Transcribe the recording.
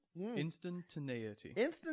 Instantaneity